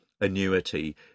annuity